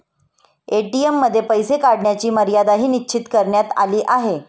ATM मध्ये पैसे काढण्याची मर्यादाही निश्चित करण्यात आली आहे